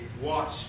watch